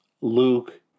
Luke